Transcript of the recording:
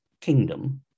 Kingdom